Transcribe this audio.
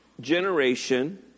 generation